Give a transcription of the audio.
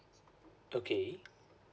okay